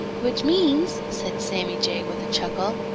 which means, said sammy jay with a chuckle,